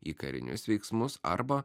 į karinius veiksmus arba